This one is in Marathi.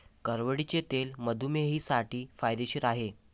करडईचे तेल मधुमेहींसाठी फायदेशीर आहे